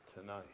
tonight